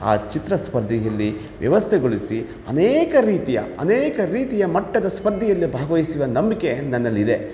ಆ ಚಿತ್ರ ಸ್ಪರ್ಧೆಯಲ್ಲಿ ವ್ಯವಸ್ಥೆಗೊಳಿಸಿ ಅನೇಕ ರೀತಿಯ ಅನೇಕ ರೀತಿಯ ಮಟ್ಟದ ಸ್ಪರ್ಧೆಯಲ್ಲಿ ಭಾಗವಹಿಸುವ ನಂಬಿಕೆ ನನ್ನಲ್ಲಿದೆ